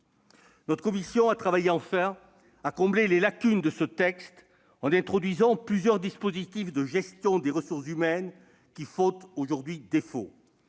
Notre commission a travaillé enfin à combler les lacunes de ce texte, en introduisant plusieurs dispositifs de gestion des ressources humaines qui font aujourd'hui défaut